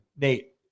nate